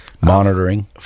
Monitoring